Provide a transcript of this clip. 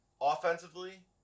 Offensively